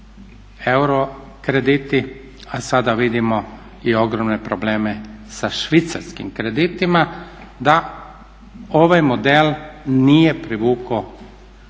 euro krediti, a sada vidimo i ogromne probleme sa švicarskim kreditima, da ovaj model nije privukao